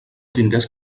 tingués